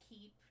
keep